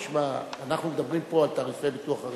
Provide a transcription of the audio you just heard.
תשמע: אנחנו מדברים פה על תעריפי ביטוח.